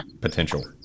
potential